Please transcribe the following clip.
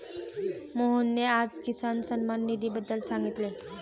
मोहनने आज किसान सन्मान निधीबद्दल सांगितले